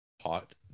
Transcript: Hot